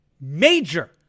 major